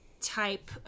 type